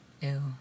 Ew